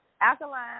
alkaline